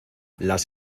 las